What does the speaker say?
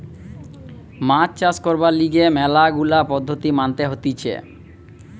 মাছ চাষ করবার লিগে ম্যালা গুলা পদ্ধতি মানতে হতিছে